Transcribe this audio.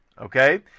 okay